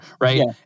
Right